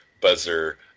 buzzer